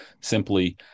simply